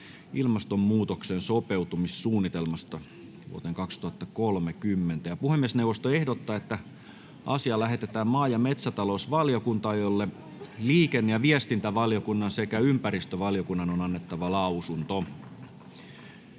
varten esitellään päiväjärjestyksen 5. asia. Puhemiesneuvosto ehdottaa, että asia lähetetään maa- ja metsätalousvaliokuntaan, jolle liikenne- ja viestintävaliokunnan sekä ympäristövaliokunnan on annettava lausunto.